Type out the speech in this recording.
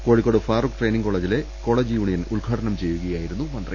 Kozhikode Farook training കോളജിലെ college union ഉദ്ഘാടനം ചെയ്യുകയായിരുന്നു മന്ത്രി